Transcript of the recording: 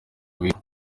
witwa